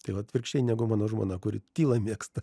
tai atvirkščiai negu mano žmona kuri tylą mėgsta